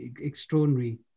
Extraordinary